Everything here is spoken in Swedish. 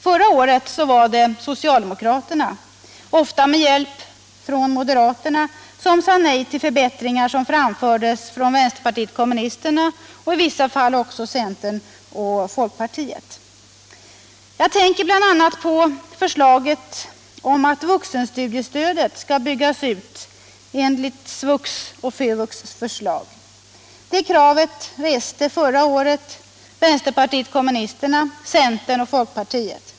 Förra året var det socialdemokraterna, ofta med hjälp från moderaterna, som sade nej till förbättringar som föreslogs från vpk och i vissa fall också centern och folkpartiet. Jag tänker bl.a. på förslaget att vuxenstudiestödet skulle byggas ut enligt SVUX och FÖVUX förslag. Det kravet reste förra året vpk, centern och folkpartiet.